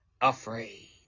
afraid